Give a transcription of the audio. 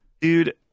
Dude